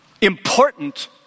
important